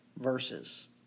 verses